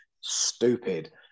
stupid